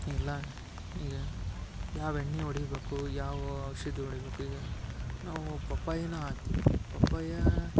ಎಲ್ಲ ಈಗ ಯಾವ ಎಣ್ಣೆ ಹೊಡಿಬೇಕು ಯಾವ ಔಷಧಿ ಹೊಡಿಬೇಕು ಈಗ ನಾವು ಪಪ್ಪಾಯಿನ ಹಾಕ್ತಿವಿ ಪಪ್ಪಾಯ